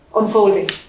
unfolding